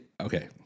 okay